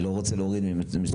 אני לא רוצה להוריד מזה.